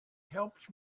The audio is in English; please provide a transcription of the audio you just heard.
helped